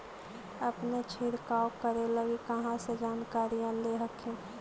अपने छीरकाऔ करे लगी कहा से जानकारीया ले हखिन?